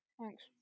Thanks